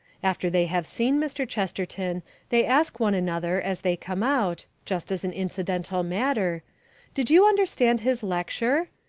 after they have seen mr. chesterton they ask one another as they come out just as an incidental matter did you understand his lecture?